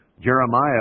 Jeremiah